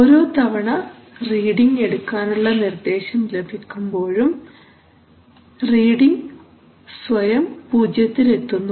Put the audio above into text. ഓരോ തവണ റീഡിങ് എടുക്കാനുള്ള നിർദ്ദേശം ലഭിക്കുമ്പോഴും റീഡിങ് സ്വയം പൂജ്യത്തിൽ എത്തുന്നു